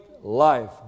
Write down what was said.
life